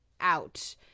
out